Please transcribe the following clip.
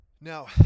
Now